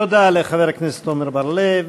תודה לחבר הכנסת עמר בר-לב.